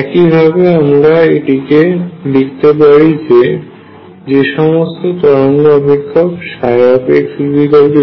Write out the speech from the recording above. একই ভাবে আমরা এটিকে লিখতে পারি যে যে সমস্ত তরঙ্গ অপেক্ষক xeikxuk